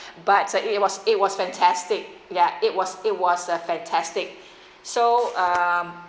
but it was it was fantastic yeah it was it was a fantastic so um